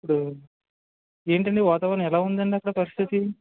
ఇప్పుడు ఏంటండి వాతావరణం ఎలా ఉందండి అక్కడ పరిస్థితి